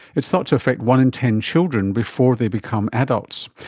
it's thought to affect one in ten children before they become adults.